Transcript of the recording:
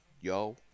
Yo